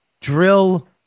drill